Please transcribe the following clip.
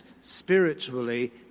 spiritually